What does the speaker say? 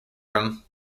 room